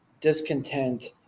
discontent